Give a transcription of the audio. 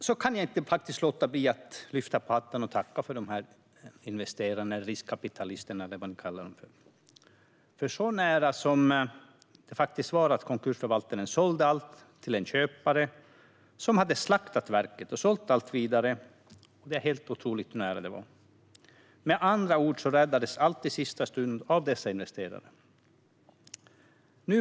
Jag kan faktiskt inte låta bli att lyfta på hatten och tacka de här investerarna, riskkapitalisterna eller vad man nu kallar dem. Det var så nära att konkursförvaltaren sålde allt till en köpare som skulle slakta verket och sälja allt vidare. Det är helt otroligt hur nära det var. Med andra ord räddades allt i sista stund av dessa investerare.